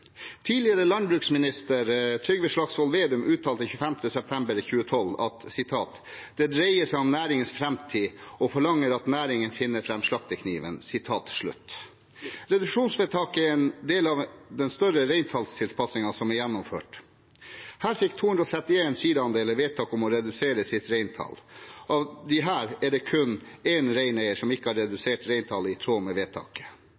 Tidligere landbruksminister Trygve Slagsvold Vedum uttalte den 25. september 2012 at det dreide seg om næringens fremtid, og han forlangte at næringen fant fram slaktekniven. Reduksjonsvedtaket er en del av den større reintallstilpasningen som er gjennomført. Her fikk 23l sida-andeler vedtak om å redusere sitt reintall. Av disse er det kun én reineier som ikke har redusert reintallet i tråd med vedtaket.